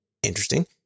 interesting